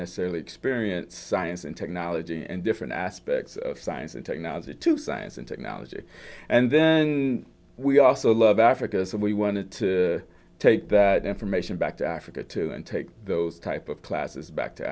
necessarily experience science and technology and different aspects of science and technology to science and technology and then we also love africa so we wanted to take that information back to africa to take those type of classes back to